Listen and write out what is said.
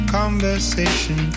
conversation